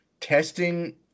testing